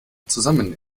zusammen